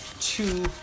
two